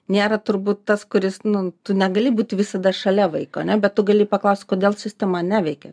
nėra turbūt tas kuris nu tu negali būt visada šalia vaiko ane bet tu gali paklaust kodėl sistema neveikia